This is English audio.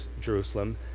Jerusalem